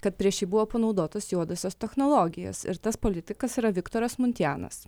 kad prieš jį buvo panaudotos juodosios technologijos ir tas politikas yra viktoras muntianas